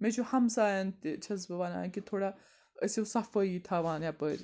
مےٚ چھُ ہمساَن تہِ چھَس بہٕ وَنان کہِ تھوڑا ٲسِو صفٲیی تھاوان یَپٲرۍ